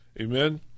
Amen